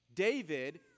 David